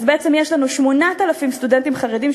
אז בעצם יש לנו 8,000 סטודנטים חרדים,